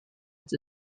its